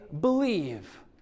believe